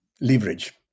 leverage